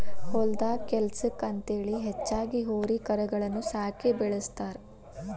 ಹೊಲದಾಗ ಕೆಲ್ಸಕ್ಕ ಅಂತೇಳಿ ಹೆಚ್ಚಾಗಿ ಹೋರಿ ಕರಗಳನ್ನ ಸಾಕಿ ಬೆಳಸ್ತಾರ